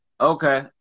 okay